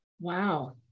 Wow